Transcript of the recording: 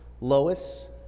Lois